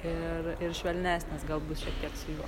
ir ir švelnesnės gal bus šiek tiek su juo